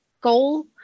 goal